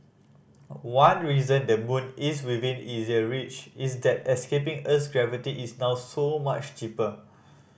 one reason the moon is within easier reach is that escaping Earth's gravity is now so much cheaper